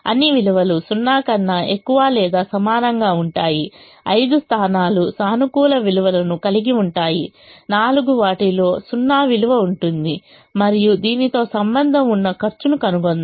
అన్ని విలువలు 0 కన్నా ఎక్కువ లేదా సమానంగా ఉంటాయి 5 స్థానాలు సానుకూల విలువలను కలిగి ఉంటాయి 4 వాటిలో 0 విలువ ఉంటుంది మరియు దీనితో సంబంధం ఉన్న ఖర్చును కనుక్కుందాం